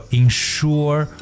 ensure